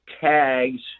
tags